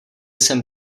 jsem